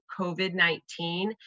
COVID-19